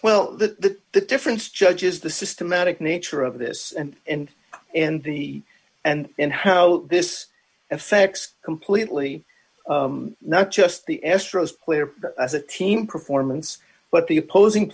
well that the difference judges the systematic nature of this and and and the and and how this effects completely not just the extras where as a team performance but the opposing